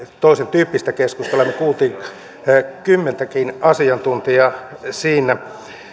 toisentyyppistä keskustelua me kuulimme kymmentäkin asiantuntijaa siinä